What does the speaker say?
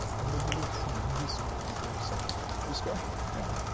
and there'll be a tremendous amount of such discovery. now,